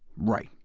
right,